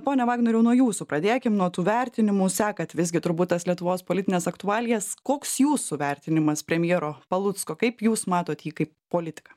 pone vagnoriau nuo jūsų pradėkim nuo tų vertinimų sekat visgi turbūt tas lietuvos politines aktualijas koks jūsų vertinimas premjero palucko kaip jūs matot jį kaip politiką